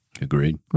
Agreed